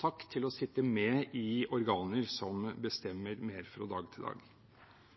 takk til å være med i organer som